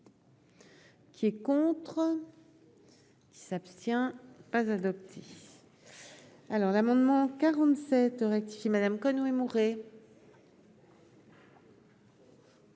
Qui est contre. Il s'abstient pas adopté alors l'amendement 47 rectifie Madame Conway Mouret.